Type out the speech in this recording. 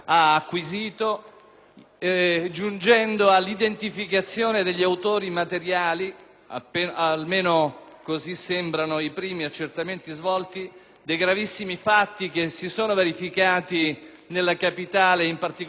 giungendo all'identificazione degli autori materiali - almeno così sembra dai primi accertamenti svolti - dei gravissimi fatti che si sono verificati nell'area della capitale e, in particolare, nella cittadina di Guidonia.